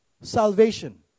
salvation